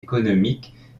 économiques